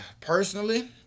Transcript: personally